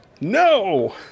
no